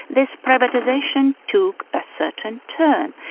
this privatisation took a certain turn.